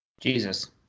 Jesus